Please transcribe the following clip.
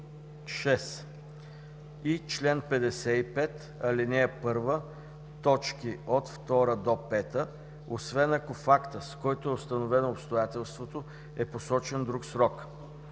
и чл. 55, ал. 1, т. 2 – 5, освен ако в акта, с който е установено обстоятелството, е посочен друг срок.